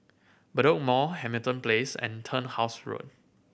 Bedok Mall Hamilton Place and Turnhouse Road